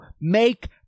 Make